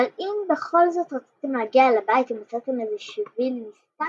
אבל אם בכל זאת רציתם להגיע אל הבית ומצאתם איזה שביל נסתר,